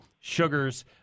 sugars